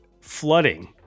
Flooding